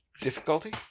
Difficulty